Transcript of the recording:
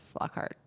Flockhart